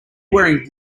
wearing